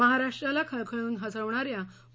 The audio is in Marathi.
महाराष्ट्राला खळखळून हसवणाऱ्या पु